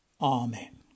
Amen